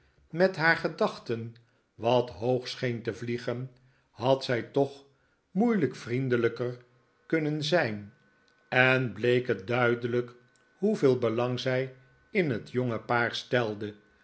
met haar gedachten wat hoog scheen te vliegen had zij toch moeilijk vriendelijker kunnen zijn en bleek het duidelijk hoeveel belang zij in het jonge paar stelde